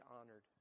honored